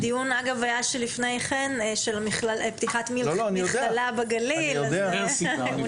הדיון לפני כן היה לגבי פתיחת אוניברסיטה בגליל.